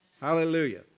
Hallelujah